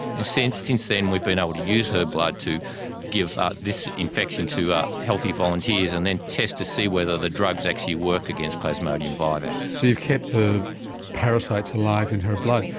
and since since then we've been able to use her blood to give ah this infection to healthy volunteers and then test to see whether the drugs actually work against plasmodium vivax. so you kept the parasites alive in her blood.